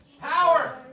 Power